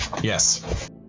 Yes